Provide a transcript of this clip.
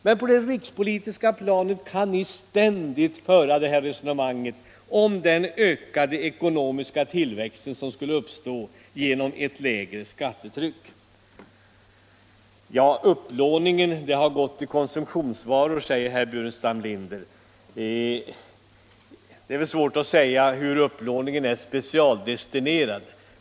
Men på det rikspolitiska planet vill moderaterna ständigt föra resonemanget om den ökning av den ekonomiska tillväxten som skulle uppstå genom ett lägre skattetryck. Herr Burenstam Linder säger att upplåningen från utlandet har använts till konsumtionsvaror. Det är svårt att exakt ange vad upplåningen är specialdestinerad till.